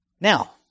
Now